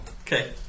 Okay